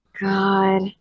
God